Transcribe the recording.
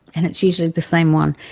and it's usually the same one.